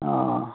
हँ